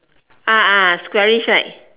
ah ah squarish right